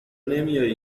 نمیایی